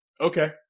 Okay